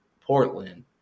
Portland